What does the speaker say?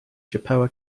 chippewa